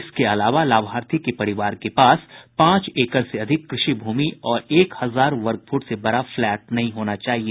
इसके अलावा लाभार्थी के परिवार के पास पांच एकड़ से अधिक कृषि भूमि और एक हजार वर्गफुट से बड़ा फ्लैट नहीं होना चाहिए